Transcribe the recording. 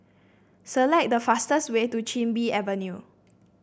select the fastest way to Chin Bee Avenue